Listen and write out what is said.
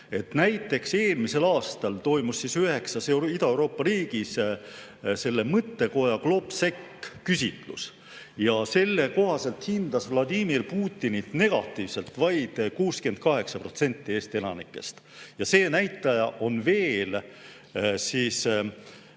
Näiteks eelmisel aastal toimus üheksas Ida-Euroopa riigis mõttekoja GLOBSEC küsitlus. Selle kohaselt hindas Vladimir Putinit negatiivselt vaid 68% Eesti elanikest. See näitaja on veel